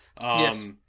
Yes